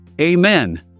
Amen